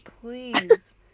please